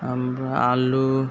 आमफ्राइ आलु